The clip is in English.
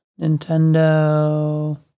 Nintendo